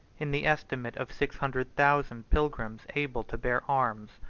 in the estimate of six hundred thousand pilgrims able to bear arms,